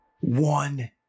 one